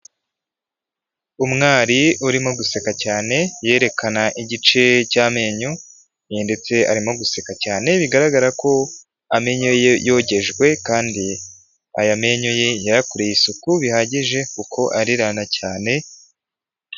Umwari urimo guseka cyane yerekana igice cy'amenyo ndetse arimo guseka cyane, bigaragara ko amenyo ye yogejwe kandi aya menyo ye yayakoreye isuku bihagije kuko arererana cyane.